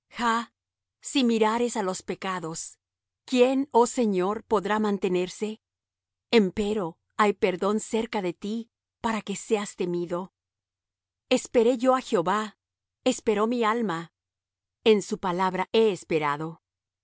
jah si mirares á los pecados quién oh señor podrá mantenerse empero hay perdón cerca de ti para que seas temido esperé yo á jehová esperó mi alma en su palabra he esperado